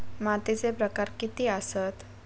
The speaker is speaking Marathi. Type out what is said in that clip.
मातीचे प्रकार किती आसत?